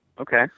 Okay